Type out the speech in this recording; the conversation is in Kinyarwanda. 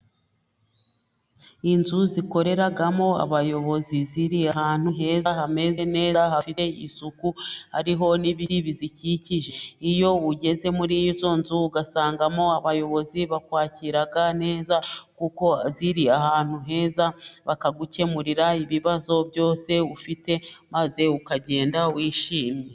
Inzu zikoreramo abayobozi, ziri ahantu heza hameze neza hafite isuku, hariho n'ibiti bizikikije, iyo ugeze muri izo nzu usangamo abayobozi bakwakira neza, kuko ziri ahantu heza, bakagukemurira ibibazo byose ufite maze ukagenda wishimye.